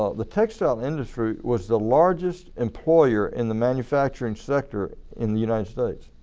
ah the textile industry was the largest employer in the manufacturing sector in the united states.